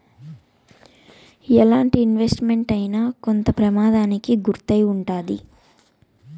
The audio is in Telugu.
ఎలాంటి ఇన్వెస్ట్ మెంట్ అయినా కొంత ప్రమాదానికి గురై ఉంటాది